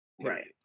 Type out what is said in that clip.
Right